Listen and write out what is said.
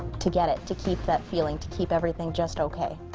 to get it to keep that feeling to keep everything just okay,